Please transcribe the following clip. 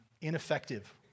ineffective